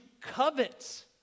covet